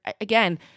again